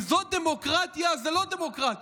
אם זאת דמוקרטיה, זה לא דמוקרטיה